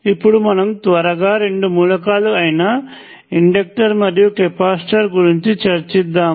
ఇప్పుడు మనము త్వరగా రెండు మూలకాలు అయిన ఇండక్టర్ మరియు కెపాసిటర్ గురించి చూద్దాము